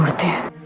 dance